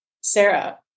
Sarah